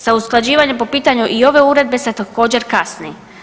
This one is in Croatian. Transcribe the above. Sa usklađivanjem po pitanju i ove Uredbe se također kasni.